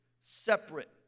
separate